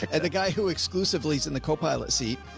and the guy who exclusively is in the copilot seat,